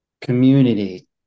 community